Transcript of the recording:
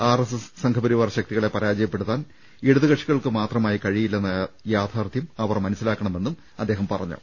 R S S Sangh Parivar ശക്തികളെ പരാജയപ്പെടുത്താൻ ഇടതുകക്ഷികൾക്കുമാ ത്രമായി കഴിയില്ലെന്ന യാഥാർത്ഥ്യം അവർ മനസ്സിലാക്കണമെന്നും അദ്ദേഹം പറഞ്ഞു